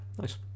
nice